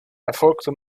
erfolgte